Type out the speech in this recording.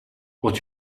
what